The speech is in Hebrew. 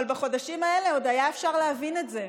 אבל בחודשים האלה עוד היה אפשר להבין את זה.